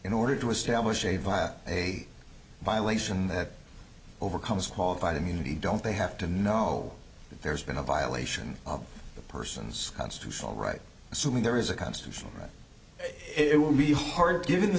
in order to establish a via a violation that overcomes qualified immunity don't they have to know there's been a violation of the person's constitutional right assuming there is a constitutional right it will be hard given the